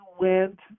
went